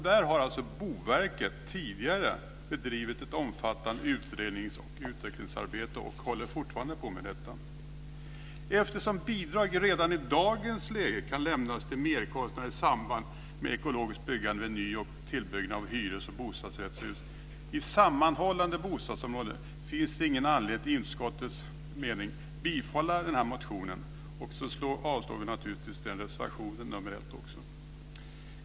Där har Boverket tidigare bedrivit ett omfattande utrednings och utvecklingsarbete och håller fortfarande på med det. Eftersom bidrag redan i dagens läge kan lämnas för merkostnader i samband med ekologiskt byggande vid ny och tillbyggnader av hyres och bostadsrättshus i sammanhållande bostadsområden, finns det ingen anledning enligt utskottets mening att bifalla motionen. Även reservation 1 avstyrks därmed.